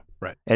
Right